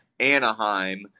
anaheim